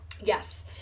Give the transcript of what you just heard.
Yes